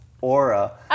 aura